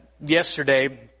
Yesterday